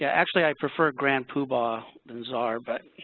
actually, i prefer grand poobah czar. but,